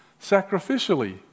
sacrificially